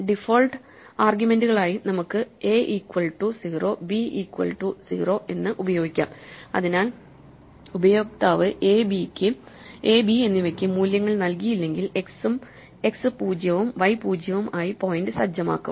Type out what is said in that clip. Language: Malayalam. ഡിഫോൾട്ട് ആർഗ്യുമെന്റുകളായി നമുക്ക് A equal to 0 b equal to 0 എന്ന് ഉപയോഗിക്കാം അതിനാൽ ഉപയോക്താവ് a b എന്നിവയ്ക്ക് മൂല്യങ്ങൾ നൽകിയില്ലെങ്കിൽ x 0ഉം y0 ഉം ആയി പോയിന്റ് സജ്ജമാക്കും